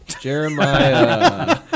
Jeremiah